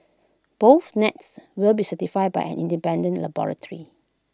both nets will be certified by an independent laboratory